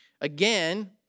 again